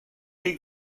chi